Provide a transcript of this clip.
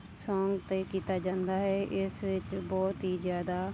song 'ਤੇ ਕੀਤਾ ਜਾਂਦਾ ਹੈ ਇਸ ਵਿੱਚ ਬਹੁਤ ਹੀ ਜ਼ਿਆਦਾ